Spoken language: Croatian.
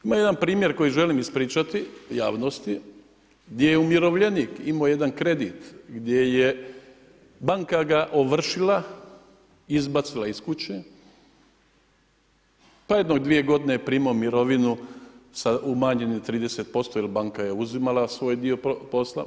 Ima jedan primjer koji želim ispričati javnosti gdje je umirovljenik imao jedan kredit, gdje je banka ovršila, izbacila iz kuće, pa je jedno dvije godine primao mirovinu umanjenu za 30% jer je banka uzimala svoj dio posla.